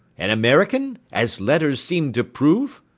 an american, as letters seem to prove?